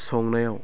संनायाव